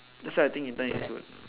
that's why I think intern is good